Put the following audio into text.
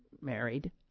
married